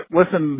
listen